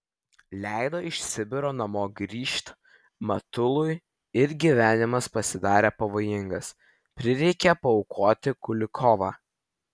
leido iš sibiro namo grįžt matului ir gyvenimas pasidarė pavojingas prireikė paaukoti kulikovą